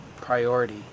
priority